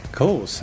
cool